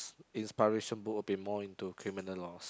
inspiration books will be more into criminal laws